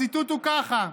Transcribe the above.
הציטוט הוא ככה: